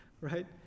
Right